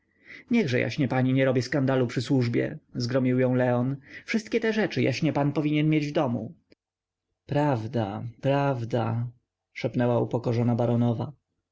łamiąc ręce niechże jaśnie pani nie robi skandalu przy służbie zgromił ją leon wszystkie te rzeczy jaśnie pan powinien mieć w domu prawda prawda szepnęła upokorzona baronowa